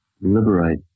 liberate